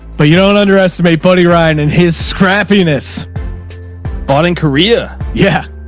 but you don't underestimate buddy ryan and his scrappiness on in korea. yeah.